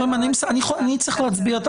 אני צריך להצביע.